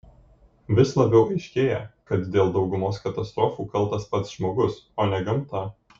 vis labiau aiškėja kad dėl daugumos katastrofų kaltas pats žmogus o ne gamta